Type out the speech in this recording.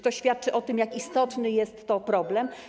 To świadczy o tym, jak istotny jest to problem.